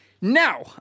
Now